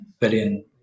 billion